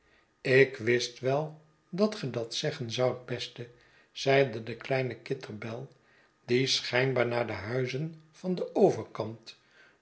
ik wist wel dat ge dat zeggen zoudt beste zeide de kleine kitterbell die schijnbaar naar de huizen van den overkant